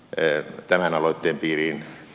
tööttäämään aloitettiin